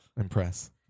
impress